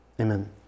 Amen